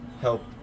help